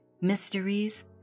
Mysteries